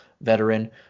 veteran